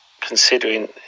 considering